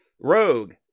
Rogue